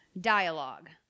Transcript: Dialogue